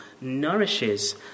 nourishes